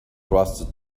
trusted